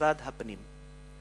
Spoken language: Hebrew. משרד הפנים,